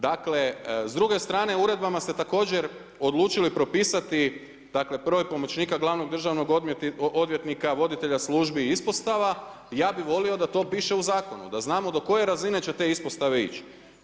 Dakle, s druge strane, uredbama ste također odlučili propisati, dakle, broj pomoćnika glavnog državnog odvjetnika, voditelja službi ispostava, ja bih volio da to piše u Zakonu, da znamo do koje razine će te ispostave ići.